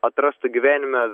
atrastų gyvenime